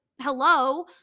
hello